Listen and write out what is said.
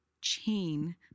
chain